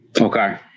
Okay